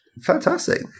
fantastic